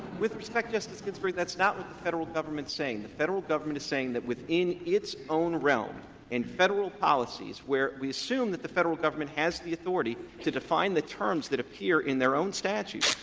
with respect, justice ginsburg, that's not what the federal government is saying. the federal government is saying that within its own realm in federal policies, where we assume that the federal government has the authority to define the terms that appear in their own statute,